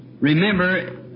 remember